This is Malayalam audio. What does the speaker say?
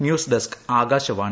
news desk Akashvani